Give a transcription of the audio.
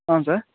ஆ sir